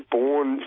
born